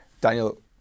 Daniel